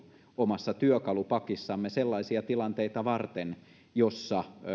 omassa työkalupakissamme sellaisia tilanteita varten joissa